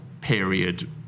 period